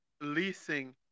leasing